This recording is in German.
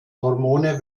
hormone